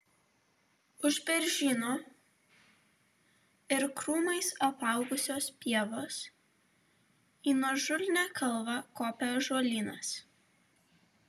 už beržyno ir krūmais apaugusios pievos į nuožulnią kalvą kopė ąžuolynas